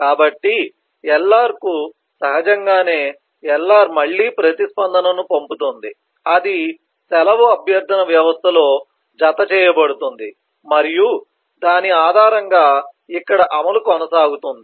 కాబట్టి LR కు సహజంగానే LR మళ్లీ ప్రతిస్పందనను పంపుతుంది అది సెలవు అభ్యర్థన వ్యవస్థలో జతచేయబడుతుంది మరియు దాని ఆధారంగా ఇక్కడ అమలు కొనసాగుతుంది